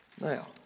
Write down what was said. now